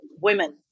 Women